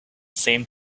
seemed